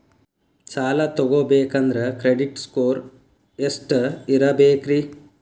ಸಾಲ ತಗೋಬೇಕಂದ್ರ credit score ಎಷ್ಟ ಇರಬೇಕ್ರಿ?